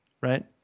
right